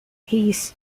his